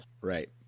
Right